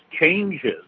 changes